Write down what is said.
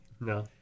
No